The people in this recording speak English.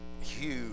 Huge